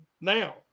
now